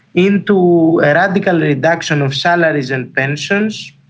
into a radical reduction of salaries and pensions